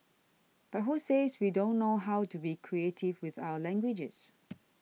but who says we don't know how to be creative with our languages